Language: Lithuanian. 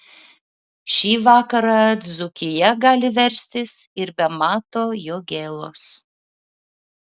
šį vakarą dzūkija gali verstis ir be mato jogėlos